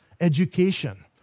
education